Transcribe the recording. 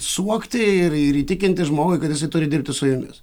suvokti ir ir įtikinti žmogui kad jisai turi dirbti su jumis